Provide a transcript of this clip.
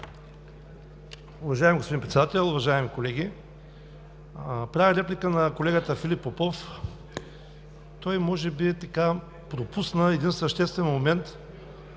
Уважаеми господин Председател, уважаеми колеги! Правя реплика на колегата Филип Попов. Той може би пропусна един съществен момент